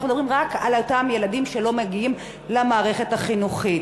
אנחנו מדברים רק על אותם ילדים שלא מגיעים למערכת החינוכית.